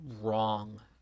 wrong